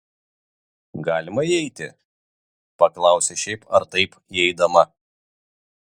galima įeiti paklausė šiaip ar taip įeidama